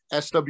SW